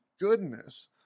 goodness